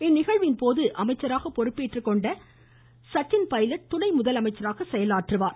இந்நிகழ்வின்போது அமைச்சராக பொறுப்பேற்றுக்கொண்ட சச்சின் பைலட் துணை முதலமைச்சராக செயலாற்றுவார்